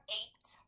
eight